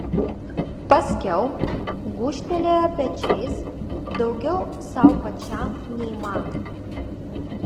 paskiau gūžtelėjo pečiais daugiau sau pačiam nei man